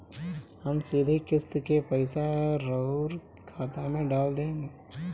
हम सीधे किस्त के पइसा राउर खाता में डाल देम?